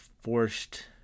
forced